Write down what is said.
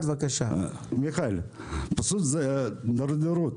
מיכאל, זאת פשוט הדרדרות.